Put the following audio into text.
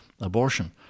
abortion